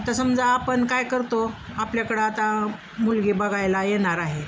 आता समजा आपण काय करतो आपल्याकडं आता मुलगी बघायला येणार आहे